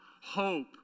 hope